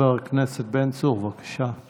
חבר הכנסת בן צור, בבקשה.